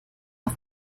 auf